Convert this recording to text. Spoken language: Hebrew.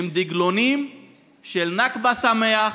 עם דגלונים של "נכבה שמח",